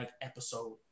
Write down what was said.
episode